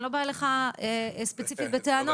שאני לא באה אליך ספציפית בטענות.